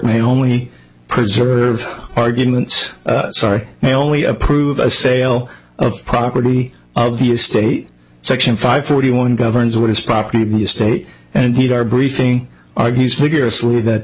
may only preserve arguments sorry they only approve a sale of property of the estate section five forty one governs what is property to be a state and indeed our briefing argues vigorously that